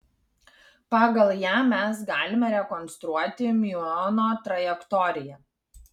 pagal ją mes galime rekonstruoti miuono trajektoriją